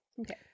Okay